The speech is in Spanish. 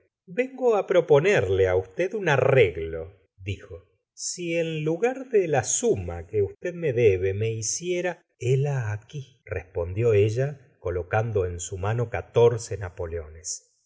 vengo á proponerla á usted un arreglo dijo si en lugar de la suma que usted me debe me hiciera héla ahi respondió colocando en su mano catorce napoleones